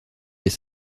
des